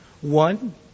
One